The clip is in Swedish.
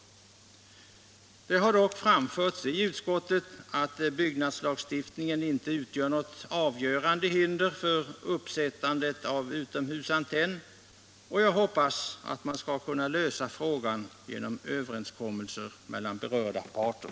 Det har dock framförts i utskottet att byggnadslagstiftningen inte utgör något avgörande hinder för uppsättande av utomhusantenn. Jag hoppas att man skall kunna lösa frågan genom överenskommelser mellan berörda parter.